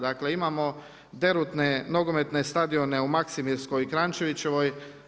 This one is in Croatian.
Dakle, imamo derutne nogometne stadione u Maksimirskoj i Kranečevićevoj.